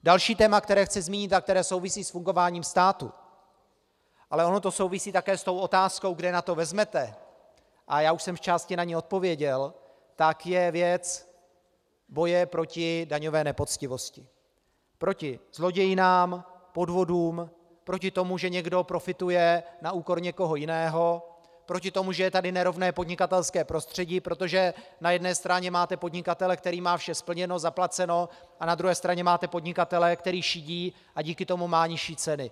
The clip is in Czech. Další téma, které chci zmínit a které souvisí s fungováním státu ale ono to souvisí také s tou otázkou, kde na to vezmete, a já už jsem na ni zčásti odpověděl , je věc boje proti daňové nepoctivosti, proti zlodějnám, podvodům, proti tomu, že někdo profituje na úkor někoho jiného, proti tomu, že je tady nerovné podnikatelské prostředí, protože na jedné straně máte podnikatele, který má vše splněno, zaplaceno, a na druhé straně máte podnikatele, který šidí a díky tomu má nižší ceny.